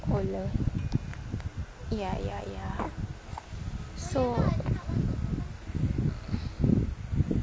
oh ya ya ya ya so